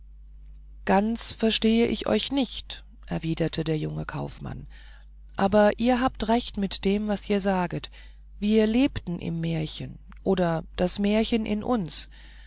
ganz verstehe ich euch nicht erwiderte der junge kaufmann aber ihr habt recht mit dem was ihr saget wir lebten im märchen oder das märchen in uns